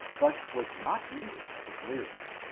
but was not needed to clear him.